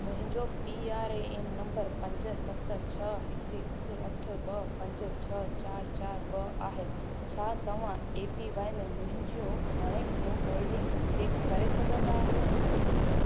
मुंहिंजो P R A N number पंज सत छ्ह हिकु हिकु अठ ॿ पंज छ्ह चार चार ॿ आहे छा तव्हां ए पी वाए में मुंहिंजूं हाणोकियूं होल्डिंगस चेक करे सघंदा आहियो